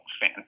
fan